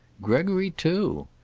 gregory, too!